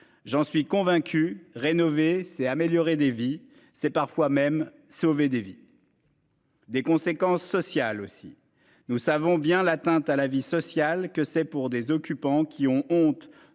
J'en suis convaincu rénové s'est des vies c'est parfois même sauver des vies. Des conséquences sociales aussi. Nous savons bien l'atteinte à la vie sociale que c'est pour des occupants qui ont honte